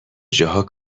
جاها